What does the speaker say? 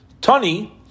Tony